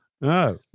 No